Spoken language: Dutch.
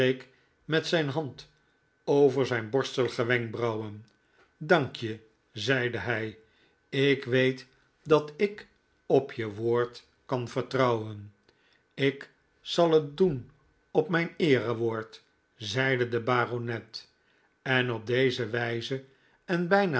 met zijn hand over zijn borstelige wenkbrauwen dank je zeide hij ik weet dat ik op je woord kan vertrouwen ik zal het doen op mijn eerewoord zeide de baronet en op deze wijze en bijna